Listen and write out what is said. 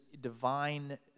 divine